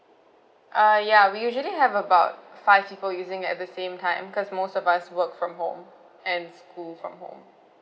uh ya we usually have about five people using at the same time because most of us work from home and school from home